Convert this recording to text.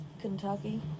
Kentucky